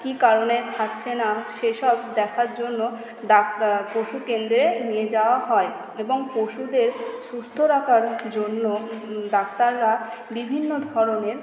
কী কারণে খাচ্ছে না সে সব দেখার জন্য ডাক্তার পশুকেন্দ্রে নিয়ে যাওয়া হয় এবং পশুদের সুস্থ রাখার জন্য ডাক্তাররা বিভিন্ন ধরনের